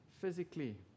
physically